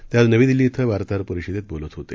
ते आज नवी दिल्ली कें वार्ताहर परिषदेत बोलत होते